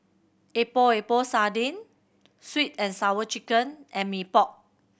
Epok Epok Sardin Sweet And Sour Chicken and Mee Pok